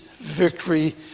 victory